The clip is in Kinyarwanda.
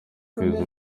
kwezi